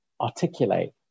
articulate